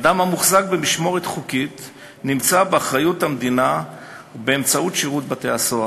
אדם המוחזק במשמורת חוקית נמצא באחריות המדינה באמצעות שירות בתי-הסוהר,